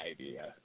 idea